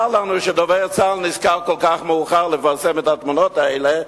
צר לנו שדובר צה"ל נזכר כל כך מאוחר לפרסם את התמונות האלה,